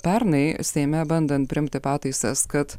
pernai seime bandant priimti pataisas kad